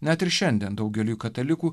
net ir šiandien daugeliui katalikų